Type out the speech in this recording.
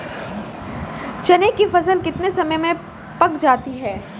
चने की फसल कितने समय में पक जाती है?